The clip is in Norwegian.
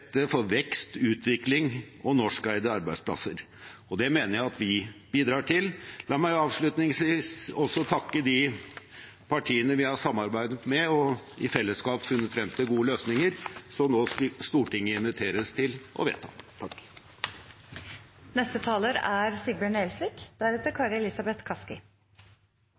for vekst, utvikling og norskeide arbeidsplasser. Det mener jeg vi bidrar til. La meg også takke de partiene vi har samarbeidet med og i fellesskap funnet frem til gode løsninger med – løsninger som Stortinget nå inviteres til å vedta.